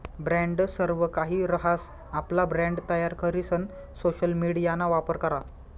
brand सर्वकाहि रहास, आपला ब्रँड तयार करीसन सोशल मिडियाना वापर करा